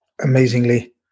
amazingly